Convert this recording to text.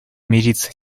мириться